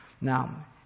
Now